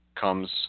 comes